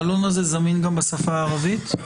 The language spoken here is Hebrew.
העלון הזה זמין גם בשפה הערבית?